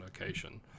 location